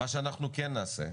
מה שאנחנו כן נעשה,